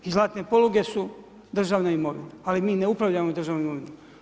I zlatne poluge su državna imovina ali mi ne upravljamo državnom imovinom.